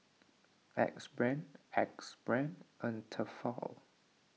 Axe Brand Axe Brand and Tefal